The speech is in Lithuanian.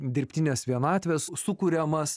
dirbtinės vienatvės sukuriamas